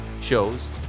shows